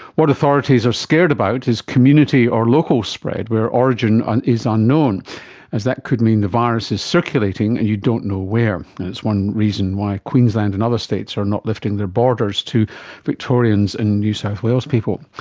what authorities are scared about is community or local spread where origin is unknown as that could mean the virus is circulating and you don't know where, and it's one reason why queensland and other states are not lifting their borders to victorians and new south wales people.